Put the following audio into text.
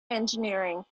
engineering